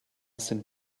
sind